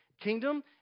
kingdom